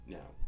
Now